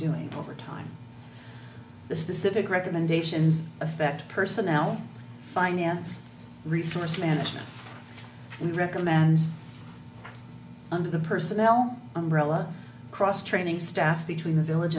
doing over time the specific recommendations affect personality finance resource management and recommends under the personnel umbrella cross training staff between the village